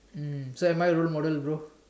mm so am I a role model bro